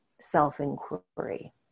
self-inquiry